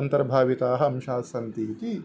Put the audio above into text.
अन्तर्भाविताः अंशाः सन्ति इति